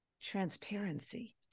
transparency